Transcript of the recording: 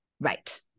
Right